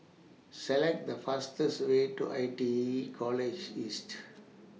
Select The fastest Way to I T E College East